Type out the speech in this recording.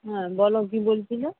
হ্যাঁ বলো কী বলছিলে